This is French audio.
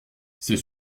ces